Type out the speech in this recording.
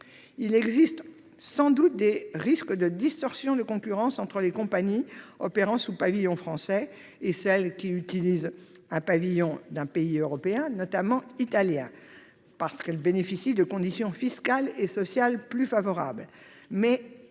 Il existe sans doute des risques de distorsion de concurrence entre les compagnies battant pavillon français et celles qui opèrent sous le pavillon d'un autre pays européen, notamment italien. Ces dernières bénéficient en effet de conditions fiscales et sociales plus favorables,